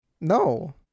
No